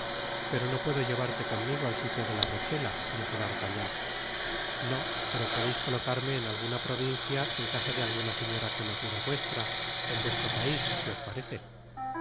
pero no puedo llevarte conmigo al silio de la rochela dijo d'artagnan no pero podeis colocarme en alguna provincia en casa de alguna señora conocida vuestra en vuestro pais si os parece